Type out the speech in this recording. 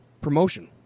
promotion